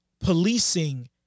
policing